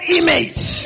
image